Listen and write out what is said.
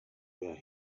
where